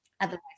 Otherwise